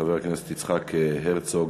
חבר הכנסת יצחק הרצוג,